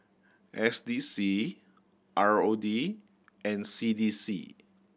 S D C R O D and C D C